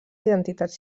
identitats